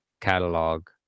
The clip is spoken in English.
catalog